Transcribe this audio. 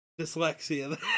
Dyslexia